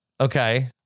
Okay